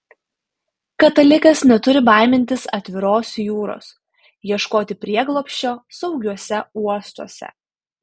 katalikas neturi baimintis atviros jūros ieškoti prieglobsčio saugiuose uostuose